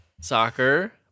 soccer